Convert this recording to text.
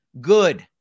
Good